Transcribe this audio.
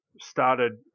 started